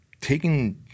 taking